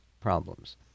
problems